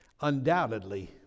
undoubtedly